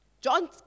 John